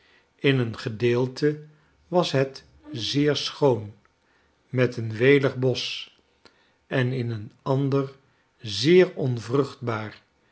in een gedeelte was het zeer schoon met een welig bosch en in een ander zeer onvruchtbaar